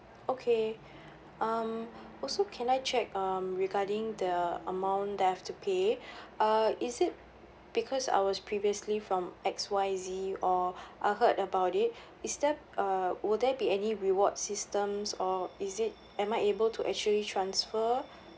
okay um also can I check um regarding the amount that I have to pay uh is it because I was previously from X Y Z or I heard about it is that uh will there be any reward systems or is it am I able to actually transfer